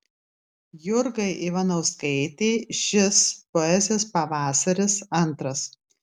jurgai ivanauskaitei šis poezijos pavasaris antras